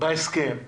בהסכם לגמלאים,